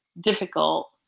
difficult